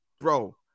Bro